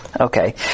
Okay